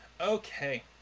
Okay